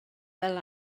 fel